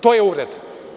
To je uvreda.